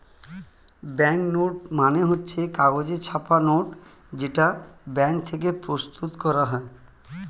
bank note মানে হচ্ছে কাগজে ছাপা নোট যেটা ব্যাঙ্ক থেকে প্রস্তুত করা হয়